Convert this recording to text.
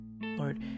Lord